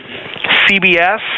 CBS